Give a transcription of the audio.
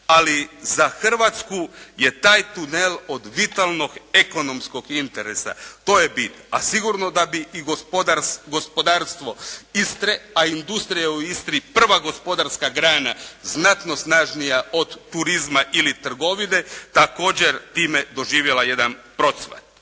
ali za Hrvatsku je taj tunel od vitalnog ekonomskog interesa to je bit, a sigurno da bi i gospodarstvo Istre, a industrija je u Istri prva gospodarska grana znatno snažnija od turizma ili trgovine također time doživjela jedan procvat.